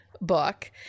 book